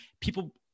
people